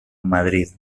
madrid